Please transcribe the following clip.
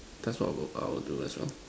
that's what I would I would do as well